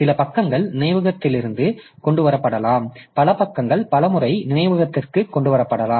சில பக்கங்கள் நினைவகத்திற்கு கொண்டு வரப்படலாம் பல பக்கங்கள் பல முறை நினைவகத்திற்கு கொண்டு வரப்படலாம்